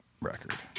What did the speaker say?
record